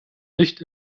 nicht